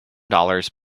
dollars